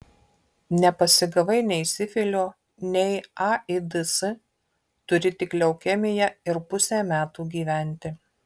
nepasigavai nei sifilio nei aids turi tik leukemiją ir pusę metų gyventi